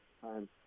time